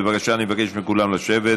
בבקשה, אני מבקש מכולם לשבת.